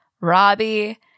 Robbie